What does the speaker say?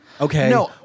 Okay